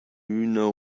know